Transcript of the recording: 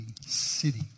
city